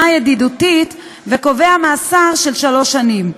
ידידותית וקובע מאסר של שלוש שנים.